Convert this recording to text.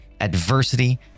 adversity